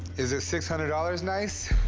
is it six hundred dollars nice?